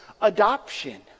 adoption